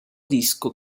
disco